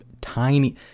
tiny